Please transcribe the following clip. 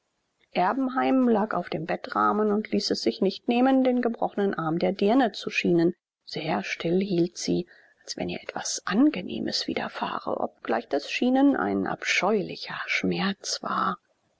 erbenheim lag auf dem bettrahmen und ließ es sich nicht nehmen den gebrochenen arm der dirne zu schienen sehr still hielt sie als wenn ihr etwas angenehmes widerfahre obgleich das schienen ein abscheulicher schmerz war